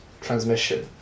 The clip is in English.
transmission